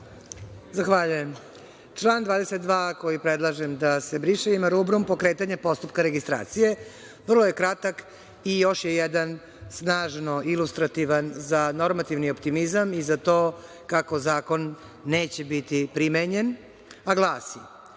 Čomić** Član 22. koji predlaže da se briše ima rubrum – pokretanje postupka registracije. Vrlo je kratak i još je jedan snažno ilustrativan za normativni optimizam i za to kako zakon neće biti primenjen, a glasi